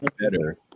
better